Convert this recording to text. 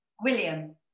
William